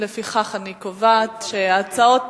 לפיכך אני קובעת שההצעות,